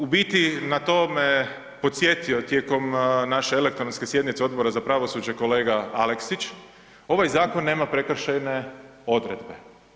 U biti na to me podsjetio naše elektronske sjednice Odbora za pravosuđe kolega Aleksić, ovaj zakon nema prekršajne odredbe.